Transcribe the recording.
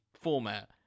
format